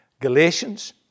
Galatians